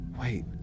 wait